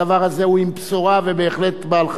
הדבר הזה הוא עם בשורה ובהחלט בעל חשיבות.